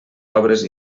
obres